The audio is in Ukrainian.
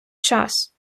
час